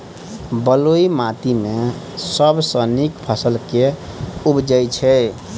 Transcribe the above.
बलुई माटि मे सबसँ नीक फसल केँ उबजई छै?